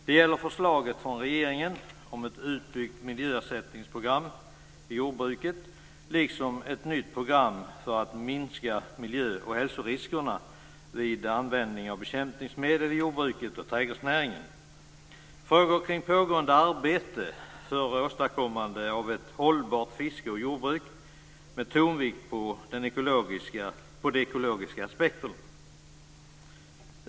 Det gäller ett förslag från regeringen om ett utbyggt miljöersättningsprogram i jordbruket, liksom ett nytt program för att minska miljö och hälsoriskerna vid användning av bekämpningsmedel i jordbruket och trädgårdsnäringen. Detta är frågor kring pågående arbete för åstadkommande av ett hållbart fiske och jordbruk med tonvikt på de ekologiska aspekterna.